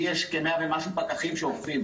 לי יש כ-100 ומשהו פקחים שעובדים.